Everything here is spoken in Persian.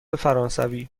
فرانسوی